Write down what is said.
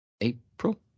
April